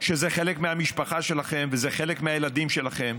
שזה חלק מהמשפחה שלכם וזה חלק מהילדים שלכם